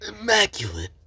immaculate